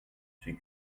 c’est